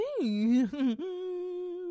hey